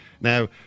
Now